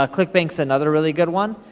ah quick think's another really good one,